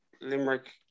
Limerick